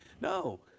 No